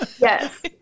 Yes